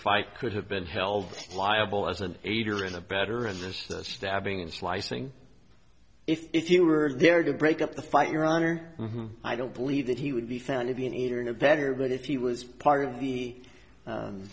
fight could have been held liable as an eight or in a better and just stabbing and slicing if you were there to break up the fight your honor i don't believe that he would be found to be meeting a barrier but if he was part of the